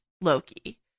Loki